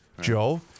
Joe